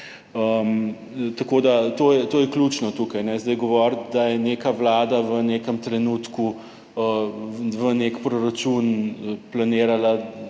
Tako da to je ključno. Tukaj zdaj govoriti, da je neka vlada v nekem trenutku v nek proračun planirala